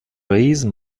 raise